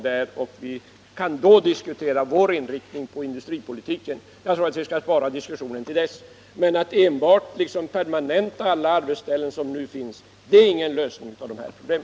I den kommande debatten skall vi diskutera vår inriktning av industripolitiken, och jag tror att vi skall spara diskussionen tills dess. Att enbart permanenta alla arbetstställen är ingen lösning på dessa problem.